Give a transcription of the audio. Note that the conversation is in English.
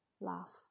laugh